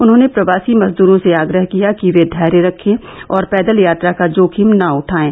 उन्होंने प्रवासी मजदूरों से आग्रह किया कि वे धैर्य रखे और पैदल यात्रा का जोखिम न उठाएं